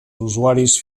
usuaris